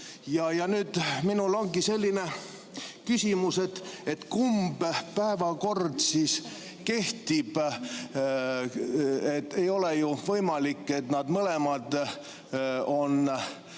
Nüüd minul ongi selline küsimus: kumb päevakord siis kehtib? Ei ole ju võimalik, et nad mõlemad on